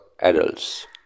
Adults